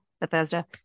Bethesda